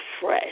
fresh